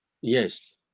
Yes